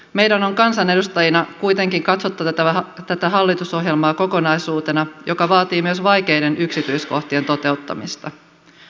meidän on kansanedustajina kuitenkin katsottava tätä hallitusohjelmaa kokonaisuutena joka vaatii myös vaikeiden yksityiskohtien toteuttamista